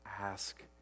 ask